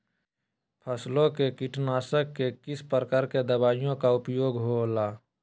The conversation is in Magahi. फसलों के कीटनाशक के किस प्रकार के दवाइयों का उपयोग हो ला?